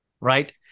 Right